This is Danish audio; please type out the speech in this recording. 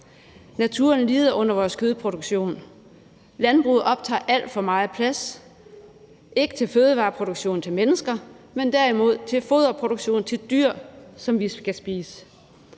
Naturen lider under vores kødproduktion. Landbruget optager alt for meget plads, ikke til fødevareproduktion til mennesker, men derimod til foderproduktion til dyr, som vi skal spise,